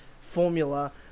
formula